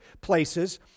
places